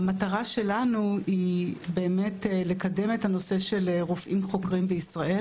המטרה שלנו היא באמת לקדם את הנושא של רופאים חוקרים בישראל.